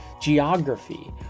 geography